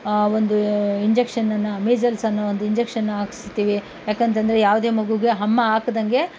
ಒಂದು ಇಂಜೆಕ್ಷನನ್ನು ಮೀಸಲ್ಸ್ ಅನ್ನೋ ಒಂದು ಇಂಜೆಕ್ಷನ್ ಹಾಕಿಸ್ತೀವಿ ಏಕೆಂತಂದರೆ ಯಾವುದೇ ಮಗೂಗೆ ಅಮ್ಮ ಆಗದಂತೆ